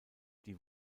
die